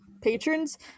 Patrons